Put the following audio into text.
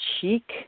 cheek